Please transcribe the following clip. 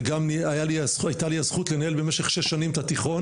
וגם היתה לי הזכות לנהל במשך שש שנים את התיכון,